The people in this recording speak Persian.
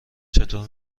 چطور